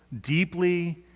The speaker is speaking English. deeply